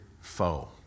foe